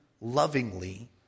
lovingly